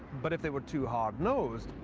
but if they were too hard-nosed,